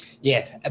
Yes